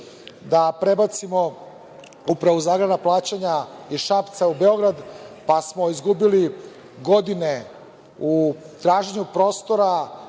da prebacimo Upravo za agrarna plaćanja iz Šapca u Beograd, pa smo izgubili godine u traženju prostora